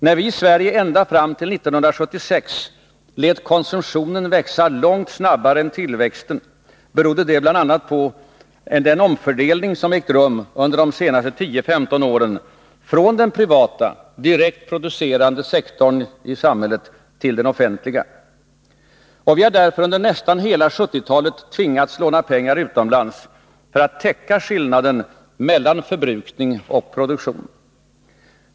När vi i Sverige ända fram till 1976 lät konsumtionen växa långt snabbare än tillväxten, berodde detta bl.a. på att en omfördelning ägt rum under de senaste 10-15 åren från den privata, direkt producerande sektorn i samhället till den offentliga. Vi har därför under nästan hela 1970-talet tvingats låna utomlands för att täcka skillnaden mellan förbrukning och produktion.